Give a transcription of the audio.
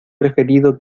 preferido